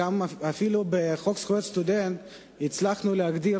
בחוק זכויות הסטודנט אפילו הצלחנו לקבוע